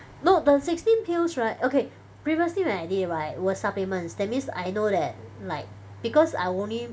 no the sixteen pills right okay previously when I did it right it was supplements that means I know that like because I only